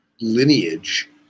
lineage